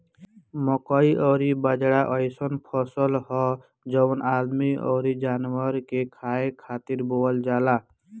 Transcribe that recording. मकई अउरी बाजरा अइसन फसल हअ जवन आदमी अउरी जानवर के खाए खातिर बोअल जाला